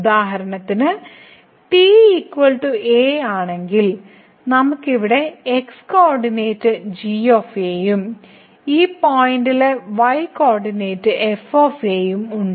ഉദാഹരണത്തിന് t a ആണെങ്കിൽ നമുക്ക് ഇവിടെ x കോർഡിനേറ്റ് g ഉം ഈ പോയിന്റിലെ y കോർഡിനേറ്റ് f ഉം ഉണ്ട്